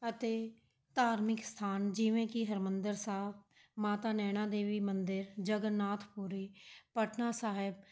ਅਤੇ ਧਾਰਮਿਕ ਸਥਾਨ ਜਿਵੇਂ ਕਿ ਹਰਿਮੰਦਰ ਸਾਹਿਬ ਮਾਤਾ ਨੈਣਾ ਦੇਵੀ ਮੰਦਰ ਜਗਨਨਾਥ ਪੁਰੀ ਪਟਨਾ ਸਾਹਿਬ